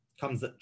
comes